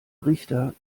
richter